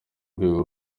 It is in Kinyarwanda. rwego